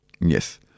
Yes